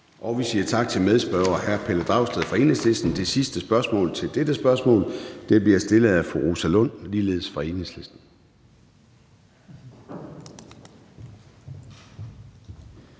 Vi siger tak til medspørger hr. Pelle Dragsted fra Enhedslisten. Det sidste spørgsmål til dette punkt bliver stillet af fru Rosa Lund, ligeledes fra Enhedslisten.